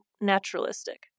naturalistic